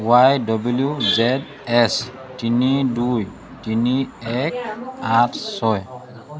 Y W Z S তিনি দুই তিনি এক আঠ ছয়